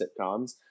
Sitcoms